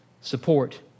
support